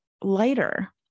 lighter